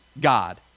God